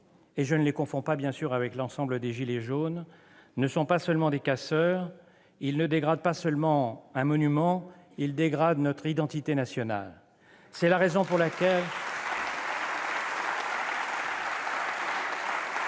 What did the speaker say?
et je ne les confonds pas, bien sûr, avec l'ensemble des « gilets jaunes », ne sont pas seulement des casseurs, ils ne dégradent pas uniquement un monument, ils dégradent aussi notre identité nationale ! C'est la raison pour laquelle